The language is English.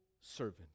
servant